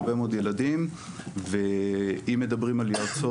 הרבה מאוד ילדים ואם מדברים על יועצות